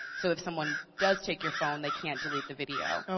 so if someone does take your phone, they can't delete the video.